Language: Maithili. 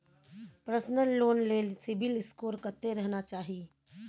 पर्सनल लोन ले सिबिल स्कोर कत्ते रहना चाही?